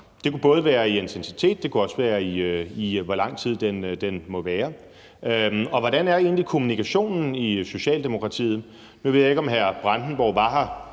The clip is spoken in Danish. Det kunne både være i intensitet, det kunne også være, i hvor lang tid den må være. Og hvordan er kommunikationen egentlig i Socialdemokratiet? Nu ved jeg ikke, om hr. Bjørn Brandenborg var her,